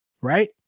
Right